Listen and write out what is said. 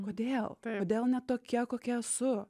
kodėl kodėl ne tokia kokia esu